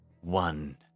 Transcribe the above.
One